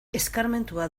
eskarmentua